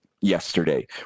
yesterday